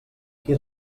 qui